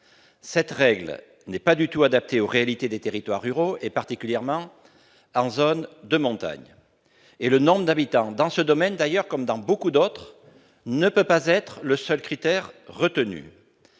Cette règle n'est pas du tout adaptée aux réalités des territoires ruraux, particulièrement en zone de montagne. Et le nombre d'habitants, dans ce domaine comme dans beaucoup d'autres, ne peut pas être le seul critère retenu.